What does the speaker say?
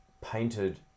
painted